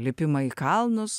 lipimą į kalnus